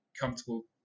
comfortable